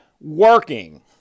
working